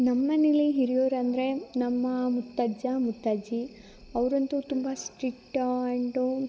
ನಮ್ಮಮನೇಲಿ ಹಿರಿಯೋರಂದರೆ ನಮ್ಮ ಮುತ್ತಜ್ಜ ಮುತ್ತಜ್ಜಿ ಅವರಂತು ತುಂಬ ಸ್ಟ್ರಿಕ್ಟ್ ಆ್ಯಂಡು